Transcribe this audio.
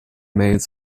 mails